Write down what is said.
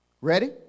Ready